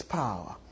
power